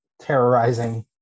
terrorizing